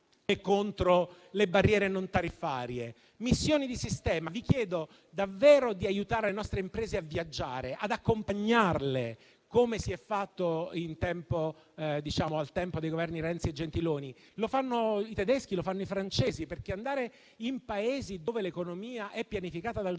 e contro le barriere non tariffarie. Missioni di sistema: vi chiedo davvero di aiutare le nostre imprese a viaggiare e di accompagnarle, come si è fatto al tempo dei Governi Renzi e Gentiloni. Lo fanno i tedeschi e lo fanno i francesi, perché, quando si va in Paesi dove l'economia è pianificata dal Governo,